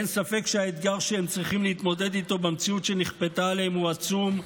אין ספק שהאתגר שהם צריכים להתמודד איתו במציאות שנכפתה עליהם הוא עצום,